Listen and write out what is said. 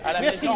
Merci